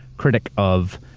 critic of,